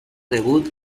debut